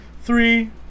three